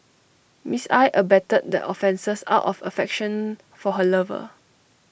Miss I abetted the offences out of affection for her lover